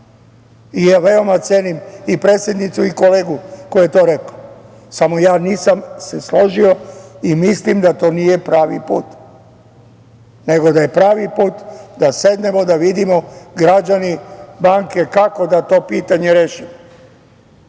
tamo. Veoma cenim i predsednicu i kolegu koji je to rekao, samo ja se nisam složio i mislim da to nije pravi put, nego da je pravi put da sednemo da vidimo građani i banke kako da to pitanje rešimo.